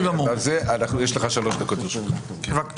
יש לך שלוש דקות, בבקשה.